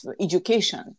education